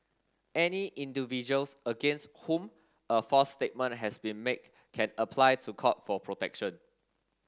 any individuals against whom a false statement has been make can apply to court for protection